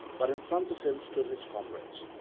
but in front of him stood his comrades,